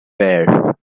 bear